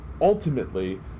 ultimately